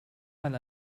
man